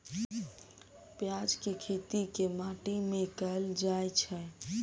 प्याज केँ खेती केँ माटि मे कैल जाएँ छैय?